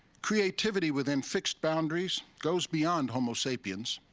creativity, within fixed boundaries, goes beyond homo sapiens.